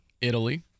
Italy